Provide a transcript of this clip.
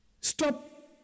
Stop